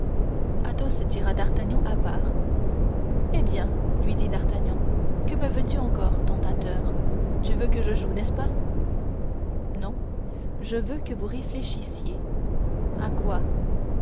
dites athos tira d'artagnan à part eh bien lui dit d'artagnan que me veux-tu encore tentateur tu veux que je joue n'est-ce pas non je veux que vous réfléchissiez à quoi